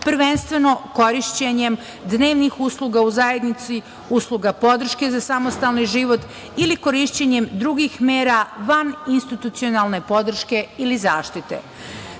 prvenstveno korišćenjem dnevnih usluga u zajednici, usluga podrške za samostalni život ili korišćenjem drugih mera van institucionalne podrške ili zaštite. Smeštaj